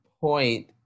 point